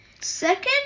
Second